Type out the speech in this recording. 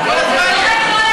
כל הזמן יש.